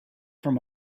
from